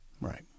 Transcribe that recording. Right